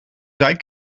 zijn